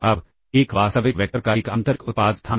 अब एक वास्तविक वेक्टर का एक आंतरिक उत्पाद स्थान